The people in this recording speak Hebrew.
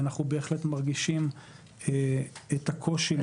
ואנחנו בהחלט מרגישים את הקושי בלעדיהם.